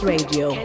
Radio